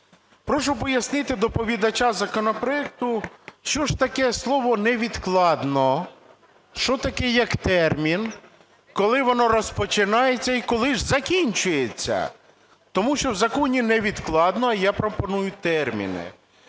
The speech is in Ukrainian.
Прошу пояснити доповідача законопроекту, що ж таке слово "невідкладно", що таке як термін? Коли воно розпочинається і коли ж закінчується? Тому що в законі "невідкладно", а я пропоную терміни.